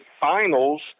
Finals